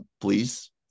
please